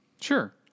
Sure